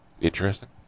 Interesting